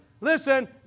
listen